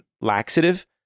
laxative